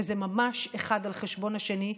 וזה ממש אחד על חשבון השני,